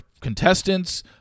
contestants